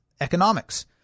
economics